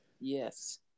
Yes